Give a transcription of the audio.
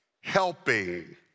helping